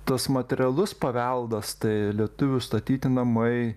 tas materialus paveldas tai lietuvių statyti namai